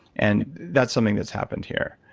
and that's something that's happened here.